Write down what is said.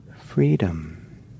freedom